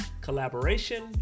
Collaboration